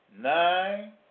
nine